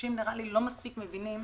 אנשים לא מספיק מבינים